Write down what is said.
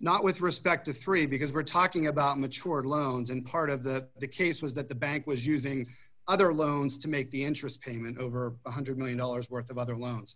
not with respect to three because we're talking about mature loans and part of the case was that the bank was using other loans to make the interest payment over one hundred million dollars worth of other